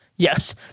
Yes